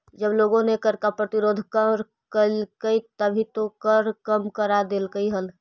जब लोगों ने कर का प्रतिरोध करकई तभी तो कर कम करा देलकइ हल